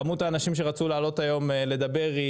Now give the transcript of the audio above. כמות האנשים שרצו היום לעלות ולדבר היא